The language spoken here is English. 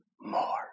more